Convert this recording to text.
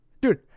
Dude